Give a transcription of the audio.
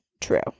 true